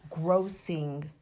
grossing